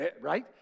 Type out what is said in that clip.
Right